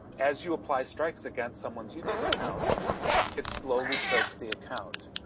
as you apply strikes against someone's youtube account it slowly chokes the account.